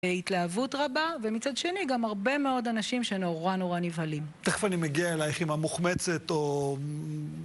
התלהבות רבה, ומצד שני גם הרבה מאוד אנשים שנורא נורא נבהלים. תיכף אני מגיע אליך עם המוחמצת או...